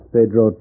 Pedro